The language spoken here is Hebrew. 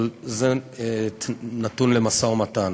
אבל זה נתון למשא-ומתן.